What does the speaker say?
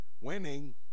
winning